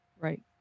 Right